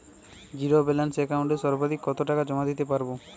Zero balance একাউন্টে সর্বাধিক কত টাকা জমা দিতে পারব?